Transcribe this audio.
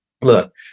look